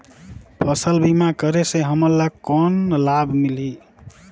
फसल बीमा करे से हमन ला कौन लाभ मिलही?